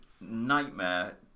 nightmare